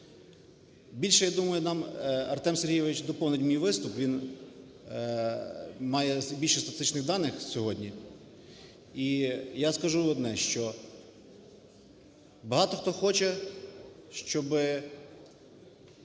Більше, я думаю, нам Артем Сергійович доповнить мій виступ. Він має більше статистичних даних сьогодні. І я скажу одне, що багато хто хоче, щоб